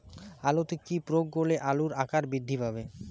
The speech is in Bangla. আলুতে কি প্রয়োগ করলে আলুর আকার বৃদ্ধি পাবে?